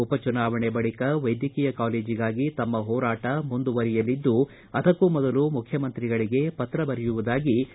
ಉಪ ಚುನಾವಣೆ ಬಳಿಕ ವೈದ್ಯಕೀಯ ಕಾಲೇಜಿಗಾಗಿ ತಮ್ಮ ಹೋರಾಟ ಮುಂದುವರಿಯಲಿದ್ಲು ಅದಕ್ಕೂ ಮೊದಲು ಮಖ್ನಮಂತ್ರಿಗಳಿಗೆ ಪತ್ರ ಬರೆಯುವುದಾಗಿ ಡಿ